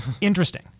Interesting